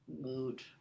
mood